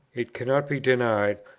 it cannot be denied,